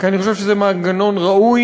כי אני חושב שזה מנגנון ראוי,